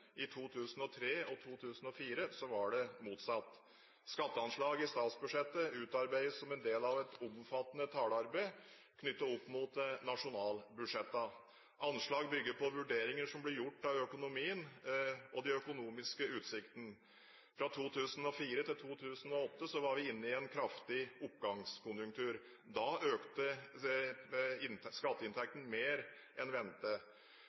I 2003 og 2004 var det motsatt. Skatteanslag i statsbudsjettet utarbeides som en del av et omfattende tallarbeid knyttet til nasjonalbudsjettene. Anslagene bygger på de vurderinger som gjøres av situasjonen i norsk økonomi og de økonomiske utsiktene. Fra 2004 til 2008 var vi inne i en kraftig oppgangskonjunktur. Da økte skatteinntektene mer enn